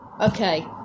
okay